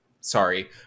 sorry